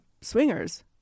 swingers